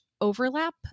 overlap